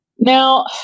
Now